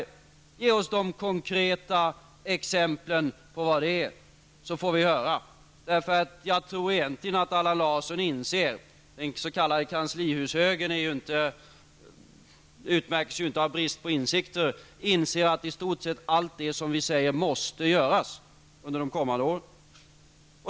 Ge oss de konkreta exemplen, så får vi höra. Jag tror egentligen att Allan Larsson inser -- den s.k. kanslihushögern utmärks ju inte av brist på insikter -- att i stort sett allt det som vi säger måste göras under de kommande åren.